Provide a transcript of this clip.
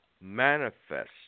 manifest